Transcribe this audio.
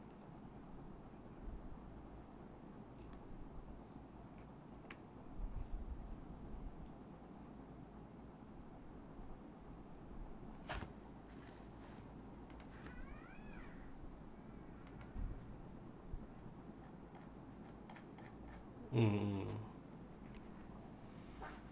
mm